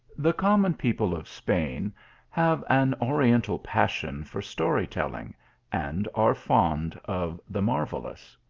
the common people of spain have an oriental pas sion for story-telling and are fond of the marvellous.